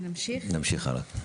נמשיך הלאה.